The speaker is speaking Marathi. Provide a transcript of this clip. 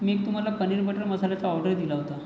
मी तुम्हाला पनीर बटर मसाल्याचा ऑर्डर दिला होता